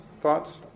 thoughts